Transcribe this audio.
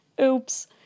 Oops